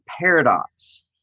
paradox